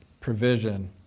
provision